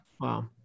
Wow